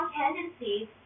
tendencies